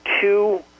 two